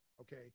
okay